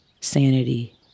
sanity